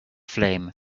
flame